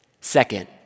Second